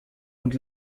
und